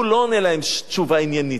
הוא לא עונה להם תשובה עניינית,